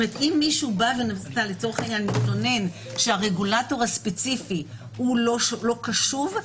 אם מישהו התלונן שהרגולטור הספציפי לא קשוב,